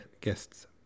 guests